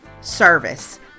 service